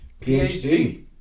PhD